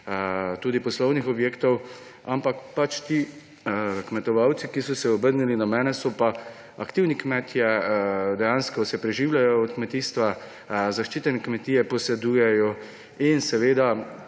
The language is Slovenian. tudi poslovnih objektov, ampak ti kmetovalci, ki so se obrnili na mene, so aktivni kmetje, dejansko se preživljajo od kmetijstva, posedujejo zaščitene